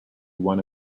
one